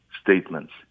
statements